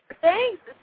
Thanks